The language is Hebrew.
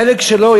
החלק שלו,